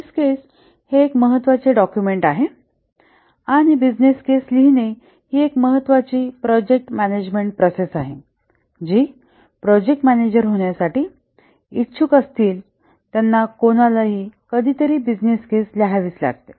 business case हे एक महत्वाचे डाक्युमेंट आहे आणि बिझनेस केस लिहिणे ही एक महत्त्वाची प्रोजेक्ट मॅनेजमेंट प्रोसेस आहे जी प्रोजेक्ट मॅनेजर होण्यासाठी इच्छुक असतील त्यांना कोणालाही कधी तरी बिझनेस केस लिहावी लागते